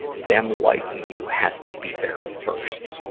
them liking you has to be there first,